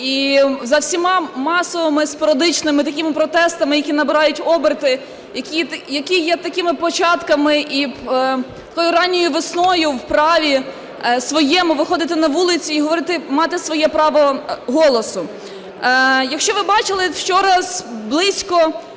І за всіма масовими, спорадичними такими протестами, які набирають оберти, які є такими початками і тою ранньою весною в праві своєму виходити на вулиці і говорити, мати своє право голосу. Якщо ви бачили, вчора близько